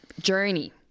journey